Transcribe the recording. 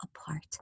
apart